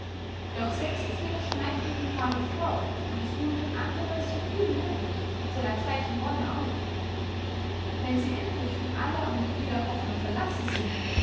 doch setzen sie ihre schmeichelnden träume fort und muntern andere so viel möglich zu einer gleichen wonne auf wenn sie endlich von aller und jeder hoffnung verlassen sind